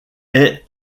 est